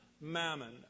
mammon